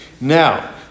Now